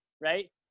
right